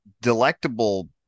delectable